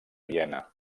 viena